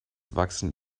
wachsen